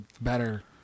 better